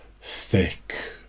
thick